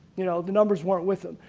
you know the numbers weren't with them.